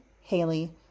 Haley